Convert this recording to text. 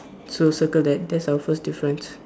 so circle that that's our first difference